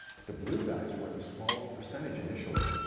but the blue guys were in the smallest percentage initially.